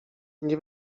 nie